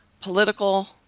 political